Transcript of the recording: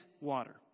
water